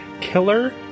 killer